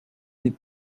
n’est